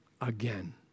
again